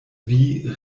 wie